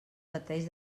pateix